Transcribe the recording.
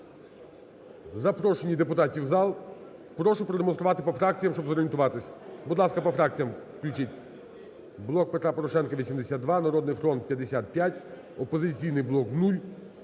запрошенню депутатів в зал, прошу продемонструвати по фракціям, щоб зорієнтуватися. Будь ласка, по фракціям включіть. "Блок Петра Порошенка" – 82, "Народний фронт" – 55, "Опозиційний блок" –